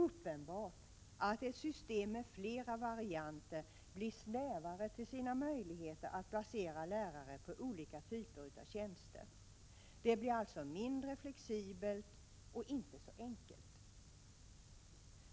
Uppenbart är att ett system med flera varianter blir snävare till sina möjligheter att placera lärare på olika typer av tjänster. Det blir alltså mindre flexibelt och inte så enkelt.